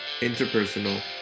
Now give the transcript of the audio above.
interpersonal